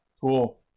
Cool